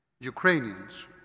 Ukrainians